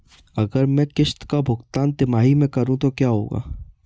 अगर मैं किश्त का भुगतान तिमाही में करूं तो क्या होगा?